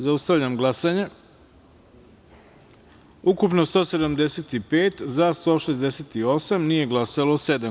Zaustavljam glasanje: ukupno – 175, za – 168, nije glasalo – sedam.